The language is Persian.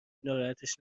ناراحتش